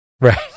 Right